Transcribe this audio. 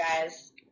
guys